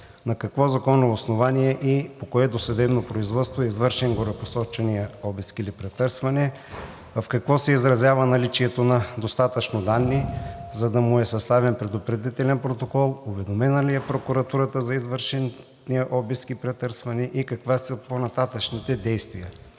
на какво законово основание и по кое досъдебно производство е извършен горепосоченият обиск или претърсване; в какво се изразява наличието на достатъчно данни, за да му е съставен предупредителен протокол; уведомена ли е прокуратурата за извършения обиск и претърсване и какви са по-нататъшните действия?